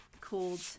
called